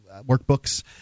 workbooks